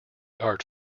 art